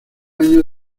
año